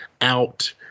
out